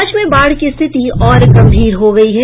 राज्य में बाढ़ की स्थिति और गंभीर हो गयी है